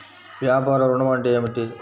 వ్యాపార ఋణం అంటే ఏమిటి?